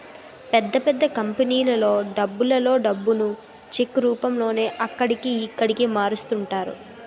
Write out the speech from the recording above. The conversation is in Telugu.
పెద్ద పెద్ద కంపెనీలలో డబ్బులలో డబ్బును చెక్ రూపంలోనే అక్కడికి, ఇక్కడికి మారుస్తుంటారట